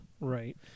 Right